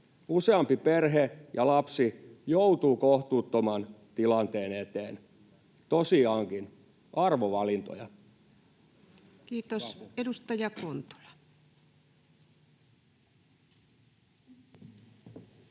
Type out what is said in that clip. Useampi perhe ja lapsi joutuu kohtuuttoman tilanteen eteen. Tosiaankin arvovalintoja. Kiitos. — Edustaja Kontula.